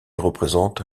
représente